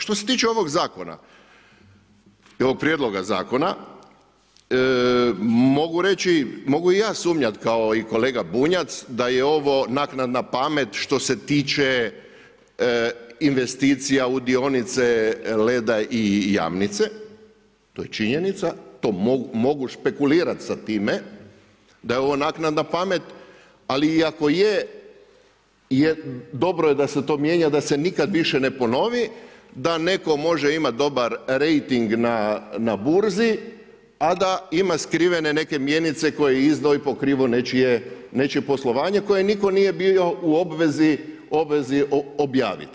Što se tiče ovog zakona i ovog prijedloga zakona, mogu i ja sumnjat kao i kolega Bunjac da je ovo naknadna pamet što se tiče investicija u dionice Leda i Jamnice, to je činjenica, to mogu špekulirati sa time da je ovo naknadna pamet, ali i ako je dobro je da se to mijenja, da se nikada više ne ponovi, da neko može imati dobar rejting na burzi, a da ima skrivene neke mjenice koje je izdao i pokrivao nečije poslovanje koje niko nije bio u obvezi objaviti.